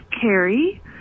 Carrie